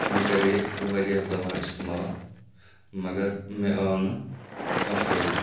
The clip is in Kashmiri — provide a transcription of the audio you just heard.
مےٚ کَرے واریاہ دوا اِستعمال مَگر مےٚ آو نہٕ کانٛہہ فٲیدٕ